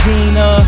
Gina